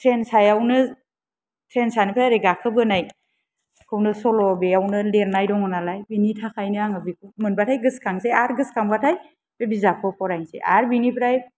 train सायावनो train सानिफ्राय एरै गाखोबोनाय खौनो सल' बेयावनो लिरनाय दङ नालाय बेनि थाखायनो आङो बेखौ मोनबाथाय आङो गोसोखांसै आरो गोसोखांबाथाय बि बिजाबखौ फरायनोसै आरो बेनिफ्राय